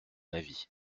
avis